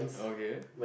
okay